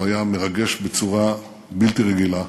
הוא היה מרגש בצורה בלתי רגילה.